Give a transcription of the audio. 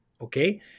Okay